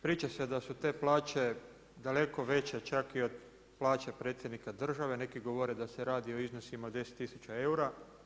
Priča se da su te plaće daleko veće čak i od plaće predsjednika države, neki govore da se radi o iznosima od 10 tisuća eura.